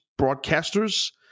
broadcasters